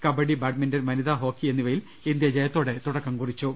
kabaddi badminton വനിതാ hockey എന്നിവയിൽ India ജയത്തോടെ തുടക്കം കുറിച്ചു